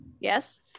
Yes